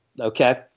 okay